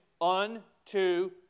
unto